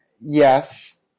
yes